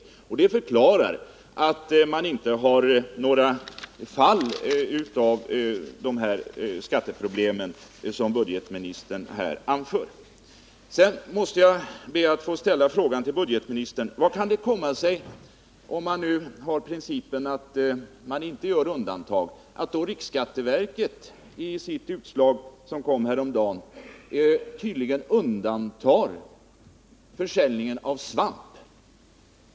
De nya reglerna förklarar att man, såsom budgetministern anför, ännu inte har några fall av sådana här skatteproblem. Sedan måste jag be att få ställa frågan till budgetministern: Om man nu har principen att man inte gör undantag, hur kan det då komma sig att riksskatteverket i sitt utslag häromdagen undantar försäljningen av svamp?